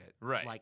Right